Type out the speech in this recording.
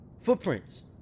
footprints